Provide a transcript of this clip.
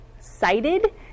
cited